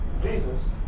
Jesus